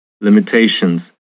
limitations